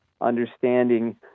understanding